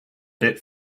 bit